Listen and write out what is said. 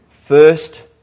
first